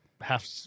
half